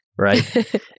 right